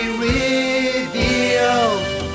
revealed